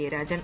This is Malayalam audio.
ജയരാജൻ